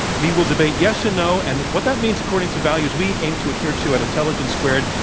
we will debate yes and no and what that means according to values we aim to adhere to at intelligence squared.